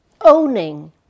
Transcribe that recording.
owning